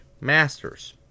master's